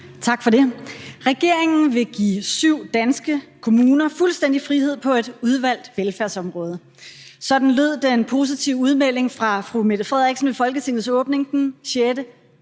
Tak for det. Regeringen vil give syv danske kommuner fuldstændig frihed på et udvalgt velfærdsområde. Sådan lød den positive udmelding fra fru Mette Frederiksen ved Folketingets åbning den 6.